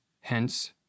hence